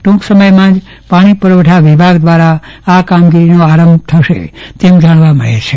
ટૂંક સમયમાં જ પાણી પુરવઠા વિભાગ દ્વારા આ કામગીરીનો પ્રારંભ થશે તેમ જાણવા મળ્યું છે